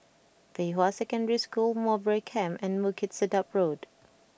Pei Hwa Secondary School Mowbray Camp and Bukit Sedap Road